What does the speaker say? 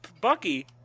Bucky